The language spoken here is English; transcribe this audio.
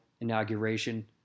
inauguration